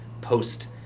post